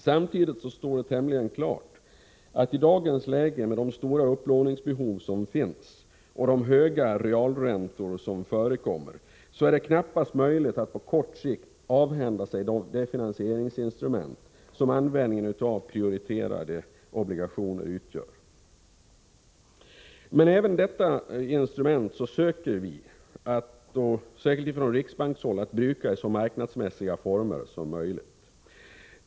Samtidigt står det tämligen klart att det med de stora upplåningbehov som finns och de höga realräntor som förekommer knappast är möjligt att på kort sikt avhända sig det finansieringsinstrument som användningen av prioriterade obligationer utgör. Men även detta instrument söker riksbanken att bruka i så marknadsmässiga former som möjligt.